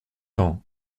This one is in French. ans